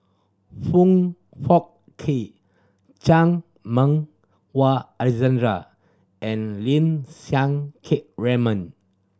Foong Fook Kay Chan Meng Wah and Lim Siang Keat Raymond